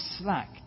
slack